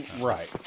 Right